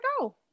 go